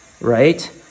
right